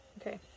okay